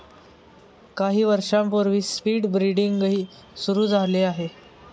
काही वर्षांपूर्वी स्पीड ब्रीडिंगही सुरू झाले आहे